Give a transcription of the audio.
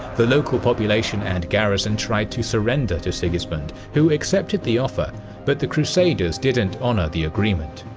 the local population and garrison tried to surrender to sigismund who accepted the offer but the crusaders didn't honor the agreement.